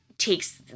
takes